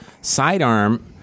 sidearm